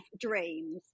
dreams